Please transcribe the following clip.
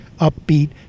upbeat